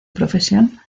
profesión